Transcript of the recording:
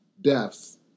deaths